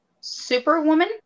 Superwoman